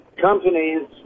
companies